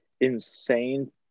insane